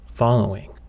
following